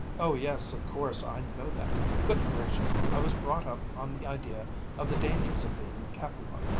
oh yes, of course i know that. good gracious! i was brought up on the idea of the dangers of being in capua.